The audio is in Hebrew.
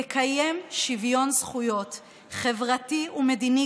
תקיים שוויון זכויות חברתי ומדיני